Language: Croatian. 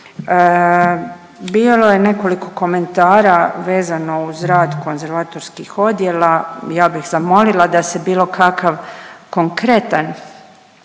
Bilo je nekoliko komentara vezano uz rad konzervatorskih odjela. Ja bih zamolila da se bilo kakav konkretan